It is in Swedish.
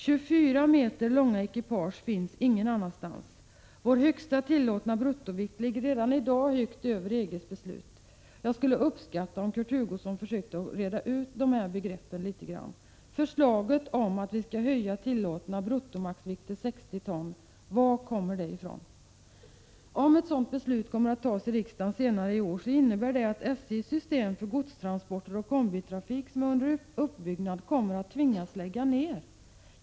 24 meter långa ekipage får inte framföras någon annanstans, och den högsta tillåtna bruttovikten ligger i vårt land redan i dag högt över den som är fastställd i EG:s bestämmelser. Jag skulle uppskatta om Kurt Hugosson försökte reda ut begreppen. Varifrån kommer förslaget om att vi skall höja den tillåtna bruttomaxvikten till 60 ton? Om ett sådant här beslut tas i riksdagen senare i år innebär det att SJ:s system för godstransporter och kombitrafik, som är under uppbyggnad, måste läggas ner.